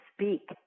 speak